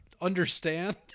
understand